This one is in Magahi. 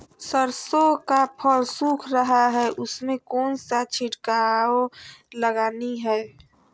सरसो का फल सुख रहा है उसमें कौन सा छिड़काव लगानी है?